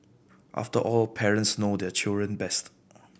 after all parents know their children best